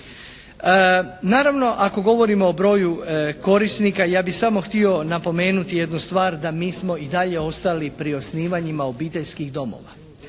Naravno ako govorimo o broju korisnika ja bih samo htio napomenuti jednu stvar da mi smo i dalje ostali pri osnivanjima obiteljskih domova.